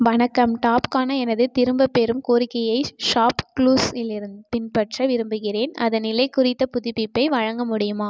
வணக்கம் டாப் க்கான எனது திரும்பப்பெறும் கோரிக்கையை ஷாப்குளூஸ் இலிருந்து பின்பற்ற விரும்புகிறேன் அதன் நிலை குறித்த புதுப்பிப்பை வழங்க முடியுமா